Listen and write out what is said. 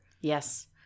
Yes